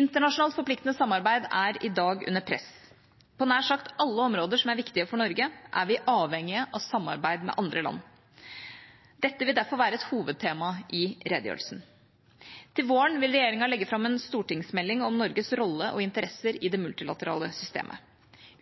Internasjonalt forpliktende samarbeid er i dag under press. På nær sagt alle områder som er viktige for Norge, er vi avhengige av samarbeid med andre land. Dette vil derfor være et hovedtema i redegjørelsen. Til våren vil regjeringa legge fram en stortingsmelding om Norges rolle og interesser i det multilaterale systemet.